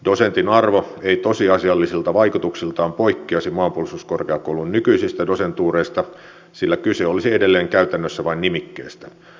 dosentin arvo ei tosiasiallisilta vaikutuksiltaan poikkeaisi maanpuolustuskorkeakoulun nykyisistä dosentuureista sillä kyse olisi edelleen käytännössä vain nimikkeestä